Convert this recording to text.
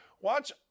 watch